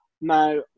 Now